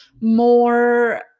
more